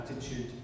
attitude